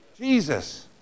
Jesus